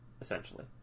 essentially